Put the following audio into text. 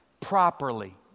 properly